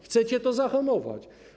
Chcecie to zahamować.